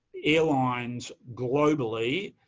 airlines, globally,